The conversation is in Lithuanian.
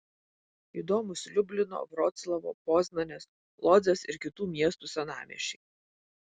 įdomūs liublino vroclavo poznanės lodzės ir kitų miestų senamiesčiai